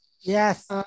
Yes